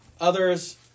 others